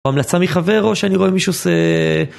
המלצה מחבר או שאני רואה מישהו עושה